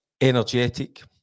energetic